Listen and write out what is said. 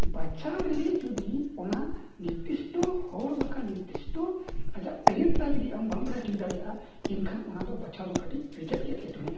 ᱵᱟᱪᱷᱟᱣ ᱨᱮ ᱡᱩᱫᱤ ᱚᱱᱟ ᱱᱤᱨᱫᱤᱥᱴᱚ ᱦᱚᱲ ᱵᱟᱝᱠᱷᱟᱱ ᱱᱤᱨᱫᱤᱥᱴᱚ ᱟᱡᱟᱜ ᱴᱮᱞᱮᱱᱴ ᱛᱟᱭ ᱡᱩᱫᱤ ᱟᱢ ᱵᱟᱢ ᱵᱟᱲᱟᱭ ᱴᱷᱤᱠ ᱫᱟᱲᱮᱭᱟᱜᱼᱟ ᱮᱱᱠᱷᱟᱱ ᱚᱱᱟ ᱫᱚ ᱵᱟᱪᱷᱟᱣ ᱫᱚ ᱠᱟᱹᱴᱤᱡ ᱟᱹᱰᱤᱛᱮᱫ ᱮᱴᱠᱮᱴᱚᱬᱮᱜᱼᱟ